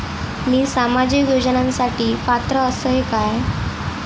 मी सामाजिक योजनांसाठी पात्र असय काय?